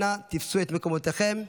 אנא תפסו את מקומותיכם.